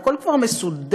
והכול כבר מסודר,